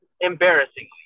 embarrassingly